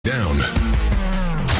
down